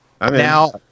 now